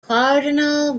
cardinal